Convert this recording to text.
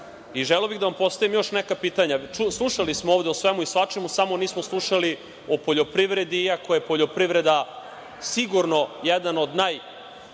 bih da vam postavim još neka pitanja. Slušali smo ovde o svemu i svačemu, samo nismo slušali o poljoprivredi iako je poljoprivreda sigurno jedan od najboljih